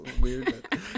weird